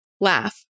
Laugh